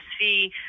see